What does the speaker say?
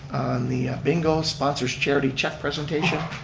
the bingo sponsors charity check presentation.